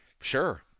sure